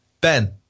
Ben